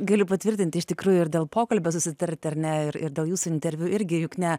galiu patvirtinti iš tikrųjų ir dėl pokalbio susitarti ar ne ir ir dėl jūsų interviu irgi juk ne